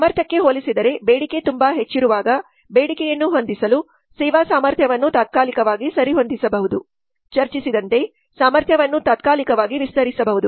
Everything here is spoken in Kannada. ಸಾಮರ್ಥ್ಯಕ್ಕೆ ಹೋಲಿಸಿದರೆ ಬೇಡಿಕೆ ತುಂಬಾ ಹೆಚ್ಚಿರುವಾಗ ಬೇಡಿಕೆಯನ್ನು ಹೊಂದಿಸಲು ಸೇವಾ ಸಾಮರ್ಥ್ಯವನ್ನು ತಾತ್ಕಾಲಿಕವಾಗಿ ಸರಿಹೊಂದಿಸಬಹುದು ಚರ್ಚಿಸಿದಂತೆ ಸಾಮರ್ಥ್ಯವನ್ನು ತಾತ್ಕಾಲಿಕವಾಗಿ ವಿಸ್ತರಿಸಬಹುದು